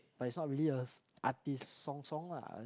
but is not a really a artist song song lah